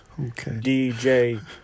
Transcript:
DJ